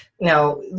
Now